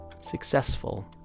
successful